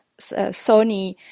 Sony